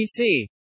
PC